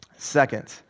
Second